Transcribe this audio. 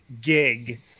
gig